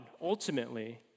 ultimately